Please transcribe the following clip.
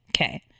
Okay